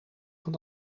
van